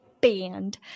Band